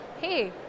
hey